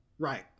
Right